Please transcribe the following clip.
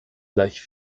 gleich